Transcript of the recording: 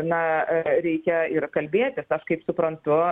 na reikia ir kalbėtis aš kaip suprantu